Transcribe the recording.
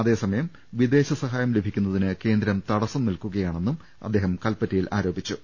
അതേസമയം വിദേശ സഹായം ലഭിക്കുന്നതിന് കേന്ദ്രം തടസം നിൽക്കുകയാണെന്നും അദ്ദേഹം കൽപ്പറ്റയിൽ പറ ഞ്ഞു